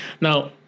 Now